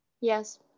Yes